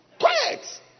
Quiet